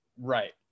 Right